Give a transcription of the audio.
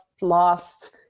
lost